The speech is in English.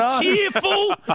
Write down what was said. cheerful